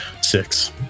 Six